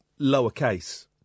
lowercase